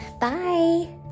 Bye